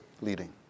leading